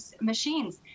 machines